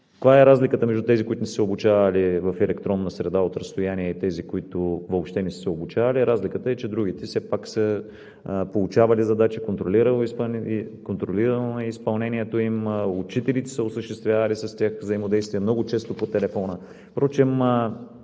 Каква е разликата между тези, които не са се обучавали в електронна среда от разстояние, и тези, които въобще не са се обучавали? Разликата е, че другите все пак са получавали задачи, контролирано е изпълнението им, учителите са осъществявали с тях взаимодействие много често по телефона. Впрочем